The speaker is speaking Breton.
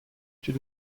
tud